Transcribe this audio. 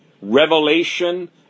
Revelation